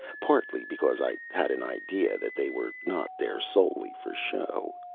partly because i had an idea that they were not there solely for show.